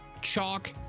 chalk